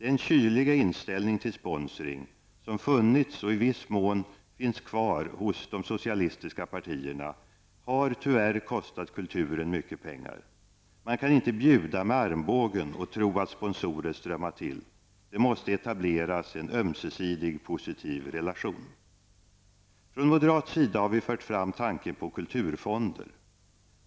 Den kyliga inställning till sponsring som funnits och i viss utsträckning alltjämt finns hos de socialistiska partierna har tyvärr kostat kulturen mycket pengar. Man kan inte bjuda med armbågen och tro att sponsorer strömmar till. Det måste etableras en ömsesidig positiv relation. Från moderat sida har vi fört fram tanken på kulturfonder.